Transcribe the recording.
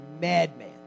madman